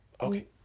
Okay